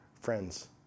friends